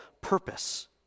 purpose